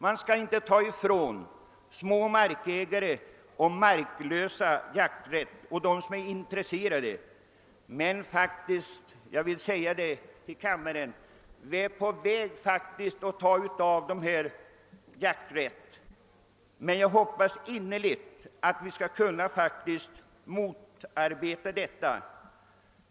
Man skall inte ta ifrån små markägare och marklösa jakträtt, men jag vill säga till kammaren att jag anser att man faktiskt är i färd med att göra detta. Jag hoppas innerligt att vi skall kunna motarbeta den tendensen.